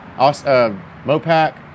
Mopac